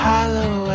Hollow